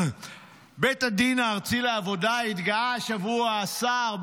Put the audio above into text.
בבית הדין הארצי לעבודה התגאה השבוע השר,